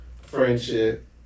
friendship